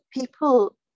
people